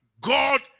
god